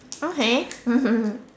okay